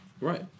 right